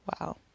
wow